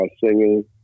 singing